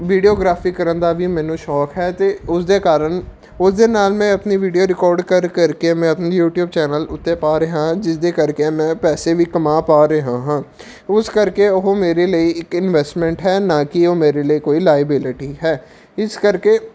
videography ਕਰਨ ਦਾ ਵੀ ਮੈਨੂੰ ਸ਼ੌਕ ਹੈ ਅਤੇ ਉਸ ਦੇ ਕਾਰਨ ਉਸ ਦੇ ਨਾਲ਼ ਮੈਂ ਆਪਣੀ ਵੀਡੀਓ ਰਿਕੋਡ ਕਰ ਕਰਕੇ ਮੈਂ ਆਪਣੇ ਯੂਟੀਊਬ ਚੈਨਲ ਉੱਤੇ ਪਾ ਰਿਹਾ ਹਾਂ ਜਿਸ ਦੇ ਕਰਕੇ ਮੈਂ ਪੈਸੇ ਵੀ ਕਮਾ ਪਾ ਰਿਹਾ ਹਾਂ ਉਸ ਕਰਕੇ ਉਹ ਮੇਰੇ ਲਈ ਇੱਕ ਇਨਵੈਸਟਮੈਂਟ ਹੈ ਨਾ ਕਿ ਉਹ ਮੇਰੇ ਲਈ ਕੋਈ ਲਾਈਵੀਲਿਟੀ ਹੈ ਇਸ ਕਰਕੇ